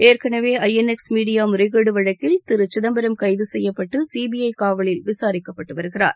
ஏற்கெனவே I N X media முறைகேடு வழக்கில் திரு சிதம்பரம் கைது செய்யப்பட்டு சிபிஐ காவலில் விசாரிக்கப்பட்டு வருகிறார்